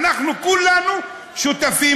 איכותיות